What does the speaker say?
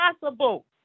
possible